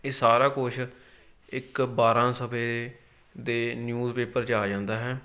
ਇਹ ਸਾਰਾ ਕੁਝ ਇੱਕ ਬਾਰ੍ਹਾਂ ਸਫੇ ਏ ਦੇ ਨਿਊਜ਼ਪੇਪਰ 'ਚ ਆ ਜਾਂਦਾ ਹੈ